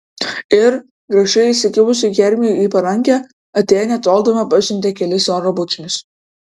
ir grakščiai įsikibusi hermiui į parankę atėnė toldama pasiuntė kelis oro bučinius